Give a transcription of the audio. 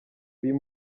uyu